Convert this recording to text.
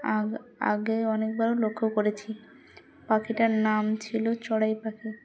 আগ আগে অনেকবারও লক্ষ্য করেছি পাখিটার নাম ছিল চড়াই পাখি